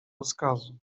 rozkazu